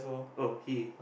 oh he